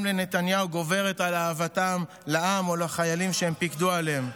לנתניהו גוברת על אהבתם לעם או לחיילים שהם פיקדו עליהם.